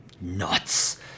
nuts